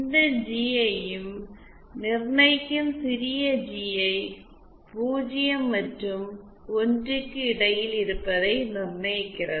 இந்த ஜிஐ யும் நிர்ணயிக்கும் சிறிய ஜிஐ 0 மற்றும் 1 க்கு இடையில் இருப்பதை நிர்ணயிக்கிறது